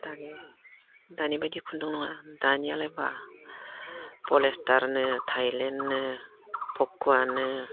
दा बे दानि बादि खुन्दुं नङा दानियालाय पलेसटारनो थाइलेन्दनो फखुवानो